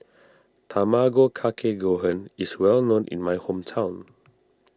Tamago Kake Gohan is well known in my hometown